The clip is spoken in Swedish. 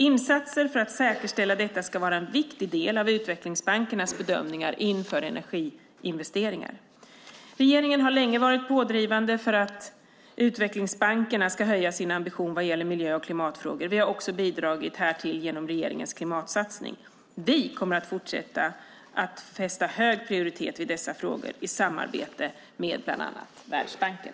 Insatser för att säkerställa detta ska vara en viktig del av utvecklingsbankernas bedömningar inför energiinvesteringar. Regeringen har länge varit pådrivande för att utvecklingsbankerna ska höja sin ambition vad gäller miljö och klimatfrågor. Vi har också bidragit härtill genom regeringens klimatsatsning. Vi kommer att fortsätta att fästa hög prioritet vid dessa frågor i samarbetet med bland annat Världsbanken.